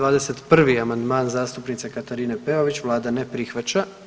21. amandman zastupnice Katarine Peović, Vlada ne prihvaća.